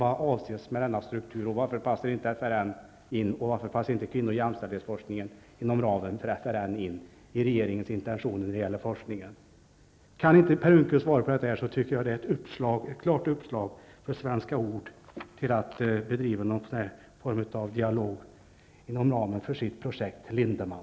Vad avses med denna struktur, och varför passar inte FRN in? Varför passar inte kvinno och jämställdhetsforskningen inom ramen för FRN in i regeringens intentioner när det gäller forskningen? Kan inte Per Unckel svara på detta, så tycker jag att det är ett klart uppslag för Svenska Ord att bedriva någon form av dialog inom ramen för sitt projekt Lindeman.